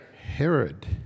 Herod